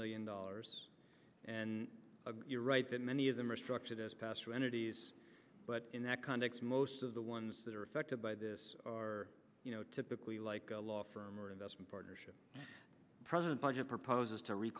million dollars and you're right that many of them are structured as pastor entities but in that context most of the ones that are affected by this are typically like a law firm or investment partnership president budget proposes to re